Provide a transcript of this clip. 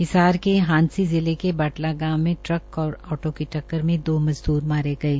हिसार के हांसी जिले के बाटला गांव में ट्रक और आटो की टक्कर में दो मजदूर मारे गये